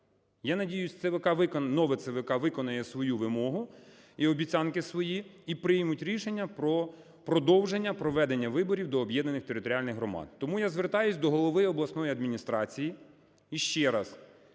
Я надіюсь, нове ЦВК виконає свою вимогу і обіцянки свої - і приймуть рішення про продовження проведення виборів до об'єднаних територіальних громад. Тому я звертаюсь до голови обласної адміністрації ще раз